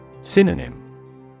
Synonym